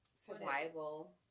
Survival